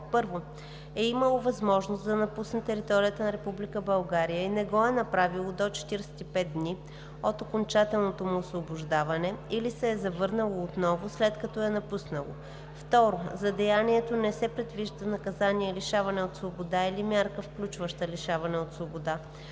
1. е имало възможност да напусне територията на Република България и не го е направило до 45 дни от окончателното му освобождаване или се е завърнало отново, след като я е напуснало; 2. за деянието не се предвижда наказание лишаване от свобода или мярка, включваща лишаване от свобода;